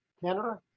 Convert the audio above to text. Canada